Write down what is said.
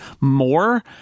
more